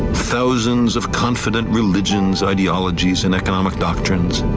thousands of confident religions, ideologist and economic doctrines,